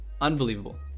unbelievable